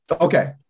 Okay